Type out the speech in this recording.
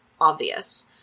obvious